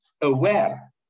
aware